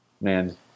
man